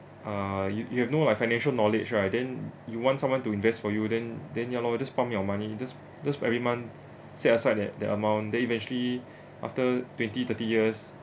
uh you you have no like financial knowledge right then you want someone to invest for you then then ya lor just pump your money just just every month set aside that that amount then eventually after twenty thirty years